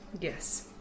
Yes